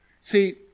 See